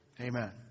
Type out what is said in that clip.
Amen